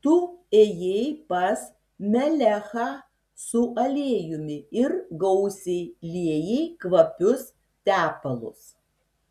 tu ėjai pas melechą su aliejumi ir gausiai liejai kvapius tepalus